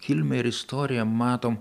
kilmę ir istoriją matom